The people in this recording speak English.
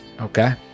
Okay